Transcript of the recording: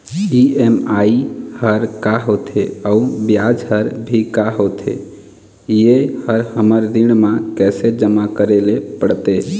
EMI हर का होथे अऊ ब्याज हर भी का होथे ये हर हमर ऋण मा कैसे जमा करे ले पड़ते?